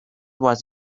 was